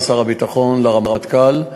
לשר הביטחון ולרמטכ"ל.